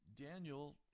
Daniel